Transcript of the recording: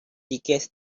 tickets